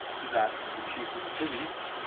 to that of the chief of police,